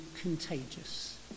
contagious